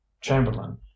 chamberlain